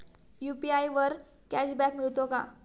UPI वर cashback मिळतो का?